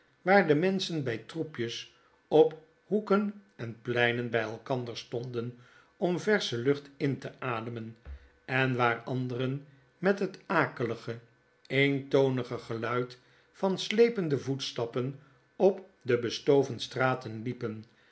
de menschen bij troepjes op hoeken en pleinen bij elkander stonden om versche lucht in te ademen en waar anderen met het akelige eentonige geluid van slepende voetstappen op de bestoven straten liepefl